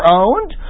owned